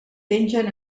pengen